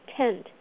tent